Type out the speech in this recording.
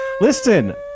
Listen